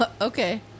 Okay